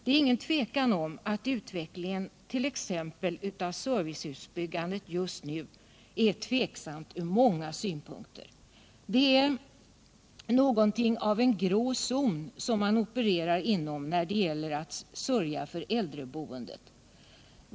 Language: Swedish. Det är inget tvivel om att utvecklingen exempelvis av servicehusbyggandet just nu är oklar ur många synpunkter. Det är någonting av en grå zon som man opererar inom när det gäller att sörja för äldreboendet.